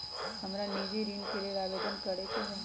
हमरा निजी ऋण के लेल आवेदन करै के हए